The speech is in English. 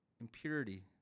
impurity